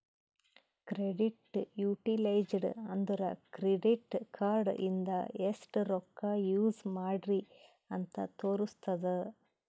credit utilised ಅಂದುರ್ credit card ಇಂದ ಎಸ್ಟ್ ರೊಕ್ಕಾ ಯೂಸ್ ಮಾಡ್ರಿ ಅಂತ್ ತೋರುಸ್ತುದ್